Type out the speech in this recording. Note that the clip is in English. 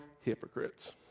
hypocrites